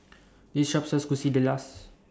This Shop sells Quesadillas